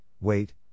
wait